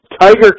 Tiger